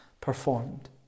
performed